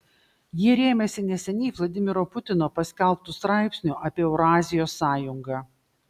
jie rėmėsi neseniai vladimiro putino paskelbtu straipsniu apie eurazijos sąjungą